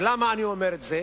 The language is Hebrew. ולמה אני אומר את זה?